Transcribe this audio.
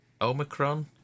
Omicron